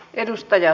kiitos